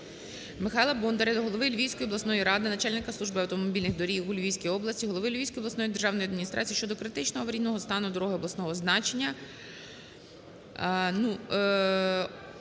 Михайла Бондаря до голови Львівської обласної ради, начальника Служби автомобільних доріг у Львівській області, голови Львівської обласної державної адміністрації щодо критично аварійного стану дороги обласного значення